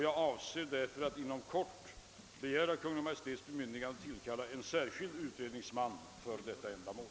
Jag avser därför att inom kort begära Kungl. Maj:ts bemyndigande att tillkalla en utredningsman för detta ändamål.